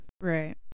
Right